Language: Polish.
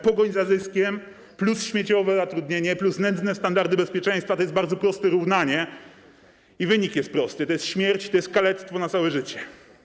Pogoń za zyskiem, plus śmieciowe zatrudnienie, plus nędzne standardy bezpieczeństwa to jest bardzo proste równanie i wynik jest prosty, to jest śmierć, to jest kalectwo na całe życie.